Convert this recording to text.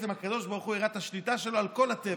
כשבעצם הקדוש ברוך הוא הראה את השליטה שלו על כל הטבע.